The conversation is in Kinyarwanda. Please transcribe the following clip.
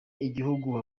igihugu